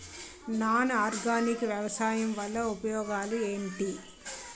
Non organic వ్యవసాయం వల్ల ఉపయోగాలు ఏంటీ?